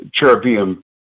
Cherubim